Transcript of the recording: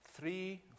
three